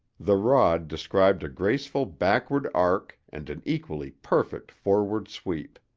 the rod described a graceful backward arc and an equally perfect forward sweep.